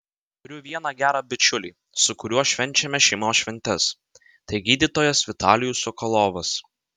turiu vieną gerą bičiulį su kuriuo švenčiame šeimos šventes tai gydytojas vitalijus sokolovas